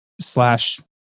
slash